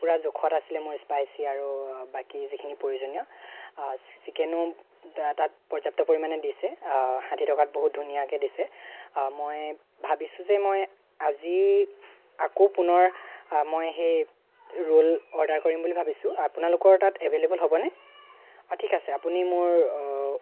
পুৰা জোখত আছিলে মোৰ স্পাইচি আৰু বাকি যিখিনি প্ৰয়োজনীয় চিকেনো তাত পৰ্যাপ্ত পৰিমাণে দিছে ষাঠি টকাত বহুত ধুনীয়াকৈ দিছে মই ভাবিছোঁ যে মই আজি আকৌ পুনৰ মই সেই ৰোল অৰ্ডাৰ কৰিম বুলি ভাবিছোঁ আপোনালোকৰ তাত এভেইলেবল হ'বনে অ ঠিক আছে আপুনি মোৰ